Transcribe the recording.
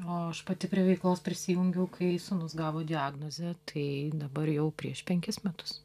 o aš pati prie veiklos prisijungiau kai sūnus gavo diagnozę tai dabar jau prieš penkis metus